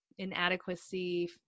inadequacy